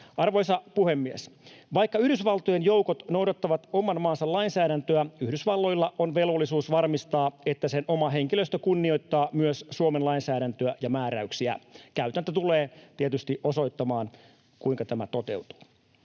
Arvoisa puhemies! Vaikka Yhdysvaltojen joukot noudattavat oman maansa lainsäädäntöä, Yhdysvalloilla on velvollisuus varmistaa, että sen oma henkilöstö kunnioittaa myös Suomen lainsäädäntöä ja määräyksiä. Käytäntö tulee tietysti osoittamaan, kuinka tämä toteutuu.